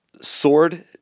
Sword